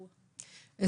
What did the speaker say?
לעלות.